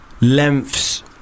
lengths